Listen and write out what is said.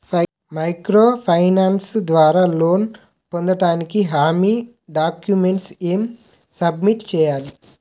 Micro finance ద్వారా loan పొందటానికి హామీ డాక్యుమెంట్స్ ఎం సబ్మిట్ చేయాలి?